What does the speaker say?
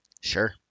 Sure